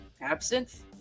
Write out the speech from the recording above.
Absinthe